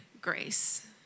grace